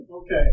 Okay